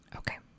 okay